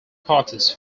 parties